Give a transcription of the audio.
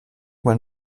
man